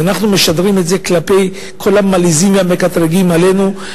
ואנחנו משדרים את זה כלפי כל המלעיזים והמקטרגים כלפינו,